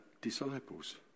disciples